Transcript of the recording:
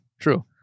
true